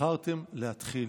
בחרתם להתחיל.